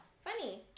Funny